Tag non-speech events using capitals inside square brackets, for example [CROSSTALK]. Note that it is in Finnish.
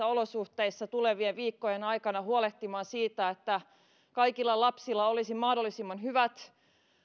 [UNINTELLIGIBLE] olosuhteissa tulevien viikkojen aikana huolehtia siitä että kaikilla lapsilla olisi mahdollisimman hyvät